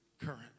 current